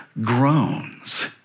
groans